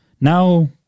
now